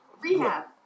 Rehab